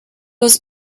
was